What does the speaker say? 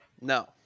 No